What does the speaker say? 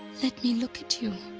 let me look at you.